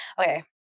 okay